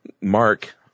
Mark